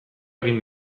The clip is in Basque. egin